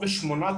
וצריך להבין,